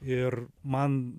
ir man